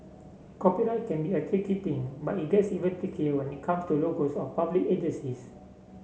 copyright can be a tricky thing but it gets even trickier when it comes to logos of public agencies